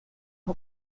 for